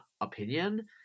opinion